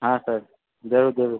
હા સર જરૂર જરૂર